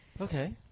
okay